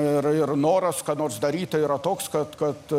ir ir noras ką nors daryti yra toks kad kad